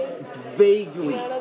vaguely